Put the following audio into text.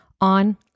on